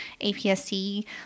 APS-C